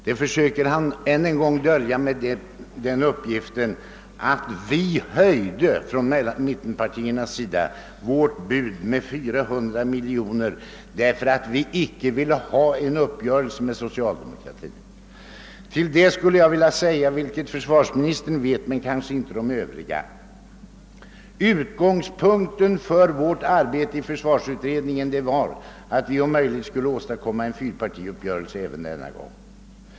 Det förhållandet försöker han skyla över med uppgiften att vi från mittenpartiernas sida höjde vårt bud med 400 miljoner kronor därför att vi inte ville träffa en uppgörelse med socialdemokraterna. Till det skulle jag vilja säga, vilket försvarsministern vet men kanske inte övriga ledamöter av kammaren: Utgångspunkten för vårt arbete i försvarsutredningen var att om möjligt åstadkomma en fyrpartiuppgörelse även denna gång.